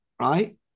right